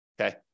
okay